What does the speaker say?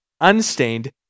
unstained